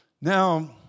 Now